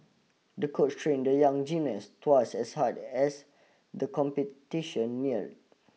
the coach trained the young gymnast twice as hard as the competition neared